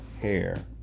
hair